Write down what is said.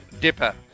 Dipper